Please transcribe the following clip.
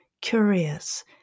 curious